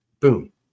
Boom